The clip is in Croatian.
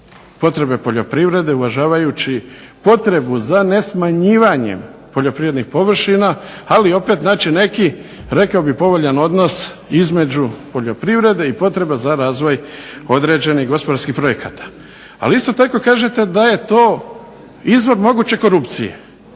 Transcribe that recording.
potrebe poljoprivrede, uvažavajući potrebu za ne smanjivanjem poljoprivrednih površina, ali opet neki povoljan odnos između poljoprivrede i potreba za razvoj određenih gospodarskih projekata. Ali isto tako kažete da je to izvor moguće korupcije.